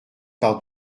par